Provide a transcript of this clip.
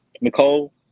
Nicole